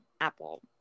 apple